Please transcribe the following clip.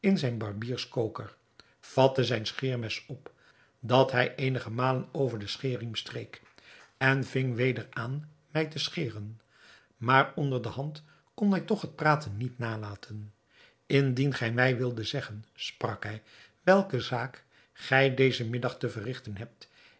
zijn barbierskoker vatte zijn scheermes op dat hij eenige malen over den scheerriem streek en ving weder aan mij te scheren maar onder de hand kon hij toch het praten niet nalaten indien gij mij wildet zeggen sprak hij welke zaak gij dezen middag te verrigten hebt